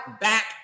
back